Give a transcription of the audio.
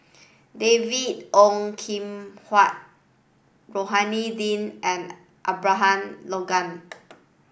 David Ong Kim Huat Rohani Din and Abraham Logan